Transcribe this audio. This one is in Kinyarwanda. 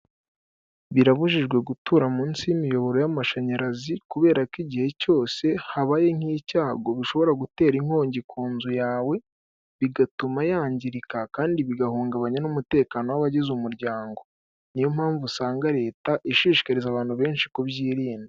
Birabujijwe gutura munsi y'imiyoboro y'amashanyarazi, kubera ko igihe cyose habaye nk'icyago bishobora gutera inkongi ku nzu yawe, bigatuma yangirika kandi bigahungabanya n'umutekano w'abagize umuryango. Niyo mpamvu usanga leta ishishikariza abantu benshi kubyirinda.